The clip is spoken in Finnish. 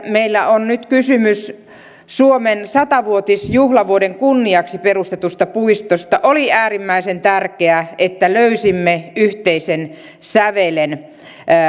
meillä on nyt kysymys suomen sata vuotisjuhlavuoden kunniaksi perustetusta puistosta oli äärimmäisen tärkeää että löysimme yhteisen sävelen